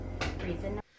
Reason